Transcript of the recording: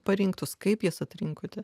parinktos kaip jas atrinkote